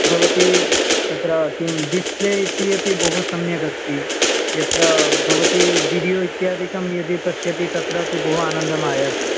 भवती तत्र किं डिस्प्ले इति अपि बहुसम्यक् अस्ति यत्र भवती विडियो इत्यादिकं यदि पश्यति तत्रापि बहु आनन्दम् आयाति